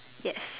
yes